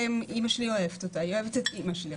אמא שלי אוהבת אותה והיא אוהבת את אמא שלי.